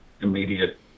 immediate